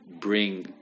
bring